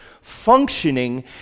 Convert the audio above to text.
functioning